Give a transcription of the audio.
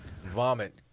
Vomit